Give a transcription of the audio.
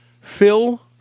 Phil